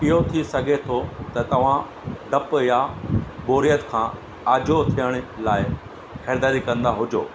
इहो थी सघे थो त तव्हां डपु या बोरियत खां आझो थियणु लाइ ख़रीदारी कंदा हुजो